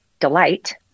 delight